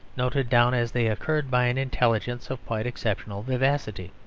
noted down as they occurred by an intelligence of quite exceptional vivacity.